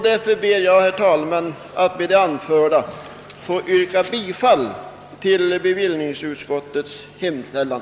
Därför ber jag att med det anförda få yrka bifall till utskottets hemställan.